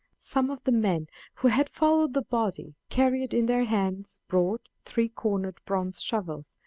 some of the men who had followed the body carried in their hands broad, three-cornered bronze shovels,